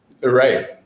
right